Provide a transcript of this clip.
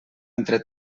entre